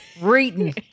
Reading